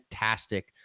fantastic